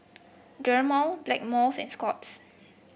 Dermale Blackmores and Scott's